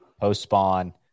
post-spawn